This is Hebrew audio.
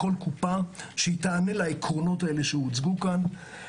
כל קופה, שתענה לעקרונות שהוצגו כאן.